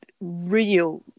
real